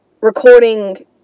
recording